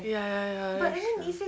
ya ya ya that's ya